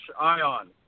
Ion